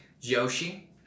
Yoshi